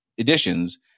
editions